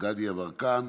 גדי יברקן,